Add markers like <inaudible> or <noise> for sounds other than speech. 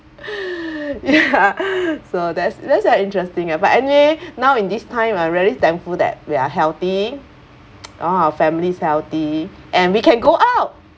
<laughs> ya so that's that's very interesting ah but anyway <breath> now in this time I really thankful that we are healthy <noise> all our family's healthy and we can go out